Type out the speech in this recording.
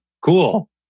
Cool